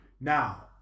Now